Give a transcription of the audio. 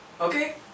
okay